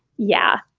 yeah.